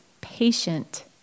patient